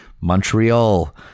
Montreal